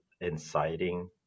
inciting